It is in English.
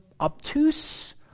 obtuse